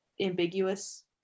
ambiguous